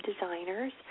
designers